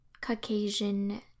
Caucasian